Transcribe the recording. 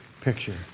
picture